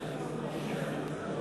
היהודי.